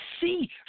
see